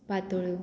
पातोळ्यो